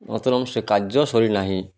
ସେ କାର୍ଯ୍ୟ ସରି ନାହିଁ